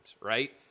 right